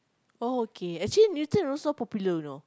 oh okay actually Newton also popular you know